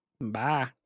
Bye